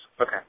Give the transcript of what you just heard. Okay